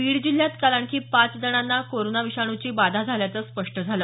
बीड जिल्ह्यात काल आणखी पाच जणांना कोरोना विषाण्ची बाधा झाल्याचं स्पष्ट झालं